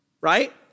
right